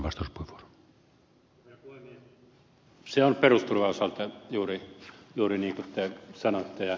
se on perusturvan osalta juuri niin kuin te sanotte